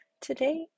Today